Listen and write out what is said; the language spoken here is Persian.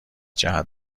جهت